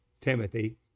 Timothy